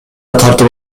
тартып